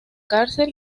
cárcel